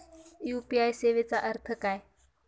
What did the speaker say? UPI सेवेचा अर्थ काय?